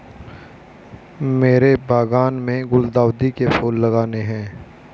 मेरे बागान में गुलदाउदी के फूल लगाने हैं